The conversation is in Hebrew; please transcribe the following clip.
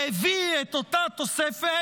והביא את אותה תוספת.